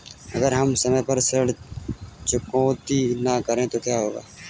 अगर हम समय पर ऋण चुकौती न करें तो क्या होगा?